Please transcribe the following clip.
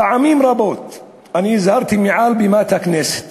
פעמים רבות אני הזהרתי מעל בימת הכנסת